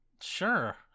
Sure